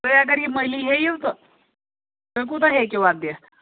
تُہۍ اگر یہِ مٔلی ہیٚیِو تہٕ تُہۍ کوٗتاہ ہیٚکِو اَتھ دِتھ